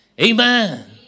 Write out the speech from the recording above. Amen